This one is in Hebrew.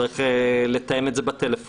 צריך לתאם את זה בטלפון.